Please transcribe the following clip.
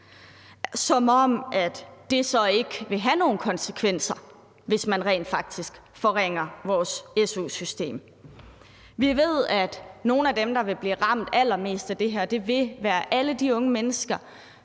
som om det så ikke vil have nogen konsekvenser, hvis man rent faktisk forringer vores su-system. Vi ved, at nogle af dem, der vil blive ramt allermest af det her, vil være alle de unge mennesker,